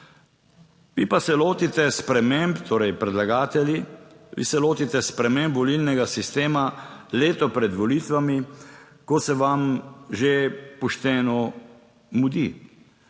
Vi pa se lotite sprememb, torej predlagatelji, vi se lotite sprememb volilnega sistema leto pred volitvami, ko se vam že pošteno mudi.